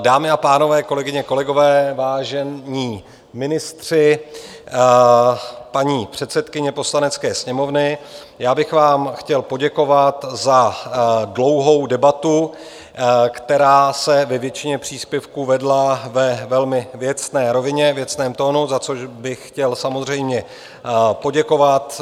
Dámy a pánové, kolegyně, kolegové, vážení ministři, paní předsedkyně Poslanecké sněmovny, já bych vám chtěl poděkovat za dlouhou debatu, která se ve většině příspěvků vedla ve velmi věcné rovině, věcném tónu, za což bych chtěl samozřejmě poděkovat.